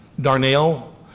Darnell